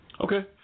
Okay